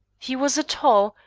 he was a tall,